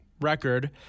record